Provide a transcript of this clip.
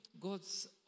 God's